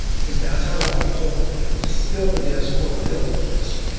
because that's how long it took to spill the disk or fill the disk.